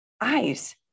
eyes